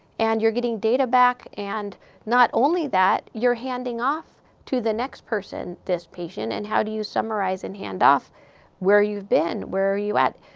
and you're getting data back, and not only that, you're handing off to the next person this patient. and how do you summarize and hand off where you've been, where are you at?